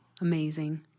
Amazing